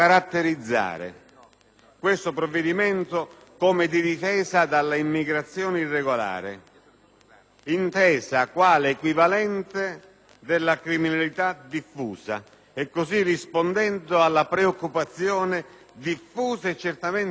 È bene che i cittadini sappiano che ciò che si vuole contrastare è l'immigrazione degli stranieri, ma nessuna di queste norme che noi abbiamo votato riguarda i cittadini europei che vengono a delinquere nel nostro Paese.